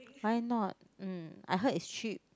why not um I heard it's cheap